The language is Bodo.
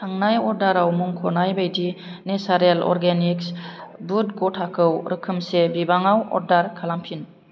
थांनाय अर्डाराव मुंख'नाय बायदि नेचारलेण्ड अर्गेनिक्स बुद ग'थाखौ रोखोमसे बिबाङाव अर्डार खालामफिन